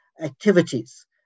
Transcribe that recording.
activities